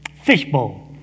fishbowl